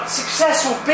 successful